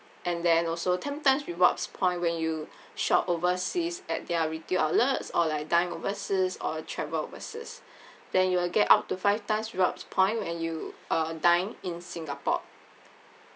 and then also ten times rewards point when you shop overseas at their retail outlets or like dine overseas or travel overseas then you will get up to five times rewards point when you uh dine in singapore